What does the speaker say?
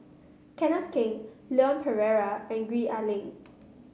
Kenneth Keng Leon Perera and Gwee Ah Leng